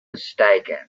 mistaken